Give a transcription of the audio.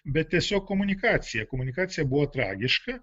bet tiesiog komunikacija komunikacija buvo tragiška